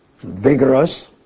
vigorous